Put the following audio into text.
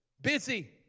busy